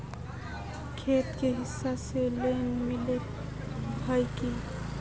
खेत के हिसाब से लोन मिले है की?